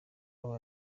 aba